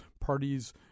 parties